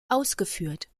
ausgeführt